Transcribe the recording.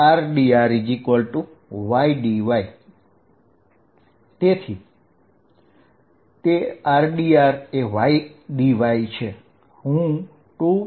Fvertical2πσqh4π00Rrdrh2r232 h2r2y2 rdrydy અને તેથી આ rdrydy છે